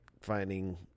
finding